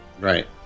Right